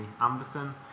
Anderson